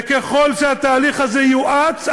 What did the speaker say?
וככל שהתהליך הזה יואץ,